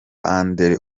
andre